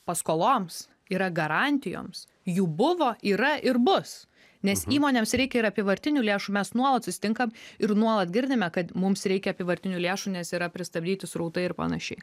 paskoloms yra garantijoms jų buvo yra ir bus nes įmonėms reikia ir apyvartinių lėšų mes nuolat susitinkam ir nuolat girdime kad mums reikia apyvartinių lėšų nes yra pristabdyti srautai ir panašiai